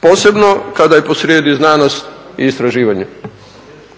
posebno kada je posrijedi znanost i istraživanje.